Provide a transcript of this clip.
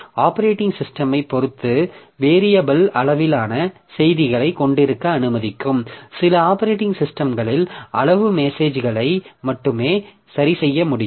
operating சிஸ்டமைப் பொறுத்து variable அளவிலான செய்திகளைக் கொண்டிருக்க அனுமதிக்கும் சில ஆப்பரேட்டிங் சிஸ்டம்களில் அளவு மெசேஜ்களை மட்டுமே சரிசெய்ய முடியும்